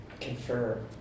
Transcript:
confer